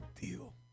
deal